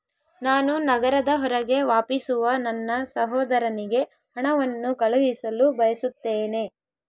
ನಾನು ನಗರದ ಹೊರಗೆ ವಾಸಿಸುವ ನನ್ನ ಸಹೋದರನಿಗೆ ಹಣವನ್ನು ಕಳುಹಿಸಲು ಬಯಸುತ್ತೇನೆ